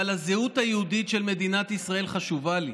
אבל הזהות היהודית של מדינת ישראל חשובה לי.